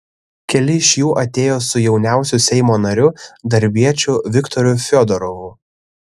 keli iš jų atėjo su jauniausiu seimo nariu darbiečiu viktoru fiodorovu